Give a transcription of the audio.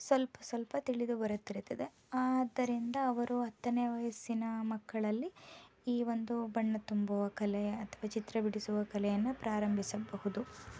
ಸ್ವಲ್ಪ ಸ್ವಲ್ಪ ತಿಳಿದು ಬರುತ್ತಿರುತ್ತದೆ ಆದ್ದರಿಂದ ಅವರು ಹತ್ತನೇ ವಯಸ್ಸಿನ ಮಕ್ಕಳಲ್ಲಿ ಈ ಒಂದು ಬಣ್ಣ ತುಂಬುವ ಕಲೆ ಅಥವಾ ಚಿತ್ರ ಬಿಡಿಸುವ ಕಲೆಯನ್ನು ಪ್ರಾರಂಭಿಸಬಹುದು